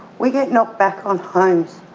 we get knocked back on homes.